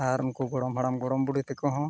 ᱟᱨ ᱱᱩᱠᱩ ᱜᱚᱲᱚᱢ ᱦᱟᱲᱟᱢ ᱜᱚᱲᱚᱢ ᱵᱩᱰᱷᱤ ᱛᱮᱠᱚᱦᱚᱸ